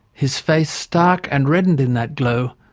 his face stark and reddened in that glow,